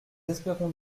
espérons